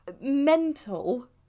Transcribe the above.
mental